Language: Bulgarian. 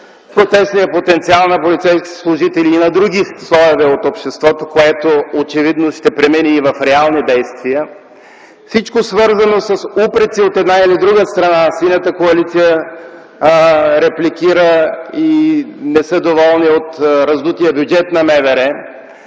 протестния потенциал на полицейски служители и на други слоеве от обществото, които очевидно могат да преминат в реални действия; всичко, свързано с упреци от една или друга страна, Синята коалиция репликира и не е доволна от раздутия бюджет на МВР;